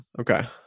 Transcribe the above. Okay